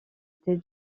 tête